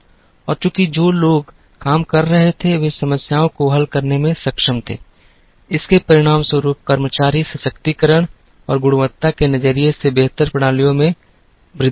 और चूंकि जो लोग काम कर रहे थे वे समस्याओं को हल करने में सक्षम थे इसके परिणामस्वरूप कर्मचारी सशक्तीकरण और गुणवत्ता के नजरिए से बेहतर प्रणालियों में वृद्धि हुई